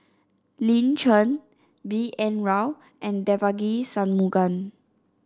Lin Chen B N Rao and Devagi Sanmugam